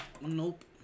Nope